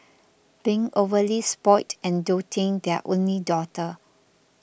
being overly spoilt and doting their only daughter